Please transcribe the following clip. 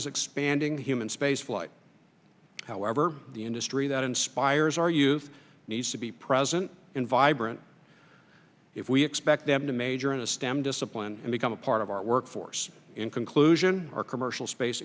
is expanding human spaceflight however the industry that inspires our youth needs to be present in vibrant if we expect them to major in a stem discipline and become a part of our workforce in conclusion our commercial space